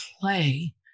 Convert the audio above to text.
play